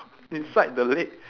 inside the legs